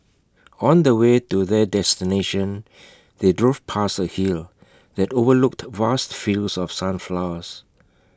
on the way to their destination they drove past A hill that overlooked vast fields of sunflowers